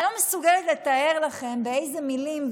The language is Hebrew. אני לא מסוגלת לתאר לכם אילו מילים,